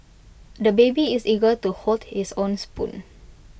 the baby is eager to hold his own spoon